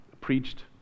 preached